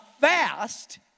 fast